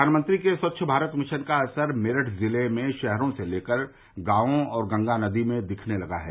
प्रधानमंत्री के स्वच्छ भारत मिशन का असर मेरठ ज़िले में शहरों से लेकर गांवों और गंगा नदी में दिखने लगा है